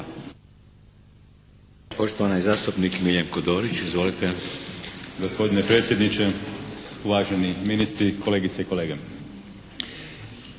Hvala. Samo